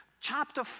Chapter